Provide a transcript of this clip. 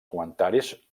comentaris